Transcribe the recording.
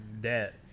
debt